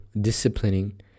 disciplining